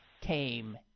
came